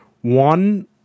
one